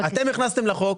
אתם הכנסתם לחוק,